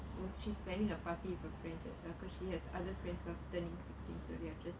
she's planning a party with her friends as well because she has other friends who are turning sixteen so they are just